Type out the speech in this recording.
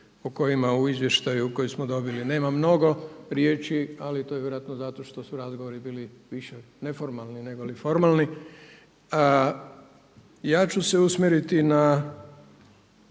o kojima u izvještaju koji smo dobili nema mnogo riječi ali to je vjerojatno zato što su razgovori bili više neformalni negoli formalni. Ja ću se usmjeriti na